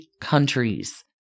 countries